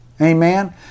Amen